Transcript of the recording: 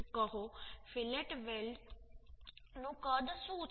કહો ફિલેટ વેલ્ડનું કદ શું છે